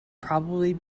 probably